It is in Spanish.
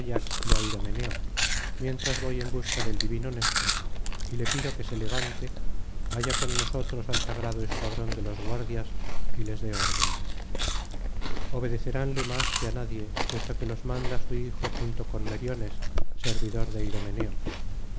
á idomeneo mientras voy en busca del divino néstor y le pido que se levante vaya con nosotros al sagrado escuadrón de los guardias y les dé órdenes obedeceránle más que á nadie puesto que los manda su hijo junto con meriones servidor de idomeneo